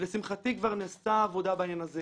ולשמחתי, כבר נעשתה עבודה בעניין הזה